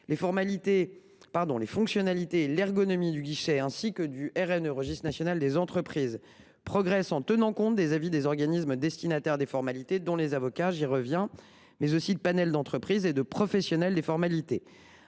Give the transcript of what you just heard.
Les fonctionnalités et l’ergonomie du guichet et du registre national des entreprises progressent en tenant compte des avis des organismes destinataires des formalités, dont font partie les avocats, ainsi que de ceux de panels d’entreprises et de professionnels des formalités.